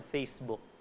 Facebook